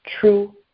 true